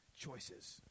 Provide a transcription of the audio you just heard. choices